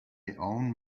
own